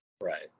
Right